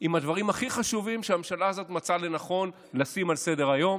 עם הדברים הכי חשובים שהממשלה הזאת מצאה לנכון לשים על סדר-היום: